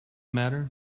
matter